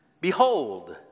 Behold